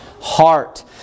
heart